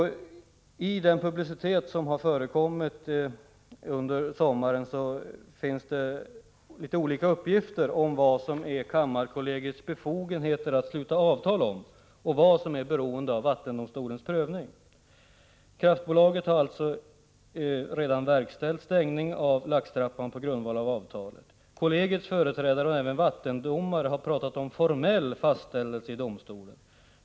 Av den publicitet som frågan gett framgår att det finns olika uppgifter om vad det är som kammarkollegiet har befogenheter att sluta avtal om och vad som är beroende av vattendomstolens prövning. Kraftbolaget har alltså på grundval av avtalet redan verkställt stängning av laxtrappan. Kammarkollegiets företrädare och även en vattendomare har talat om formell fastställelse i domstolen.